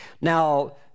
Now